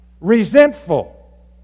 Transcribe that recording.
Resentful